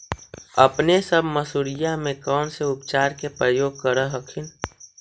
अपने सब मसुरिया मे कौन से उपचार के प्रयोग कर हखिन?